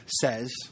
says